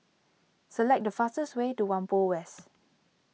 select the fastest way to Whampoa West